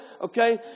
okay